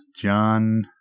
John